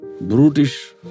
Brutish